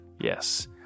Yes